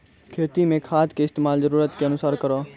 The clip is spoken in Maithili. खेती मे खाद के इस्तेमाल जरूरत के अनुसार करऽ